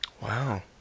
Wow